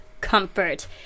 comfort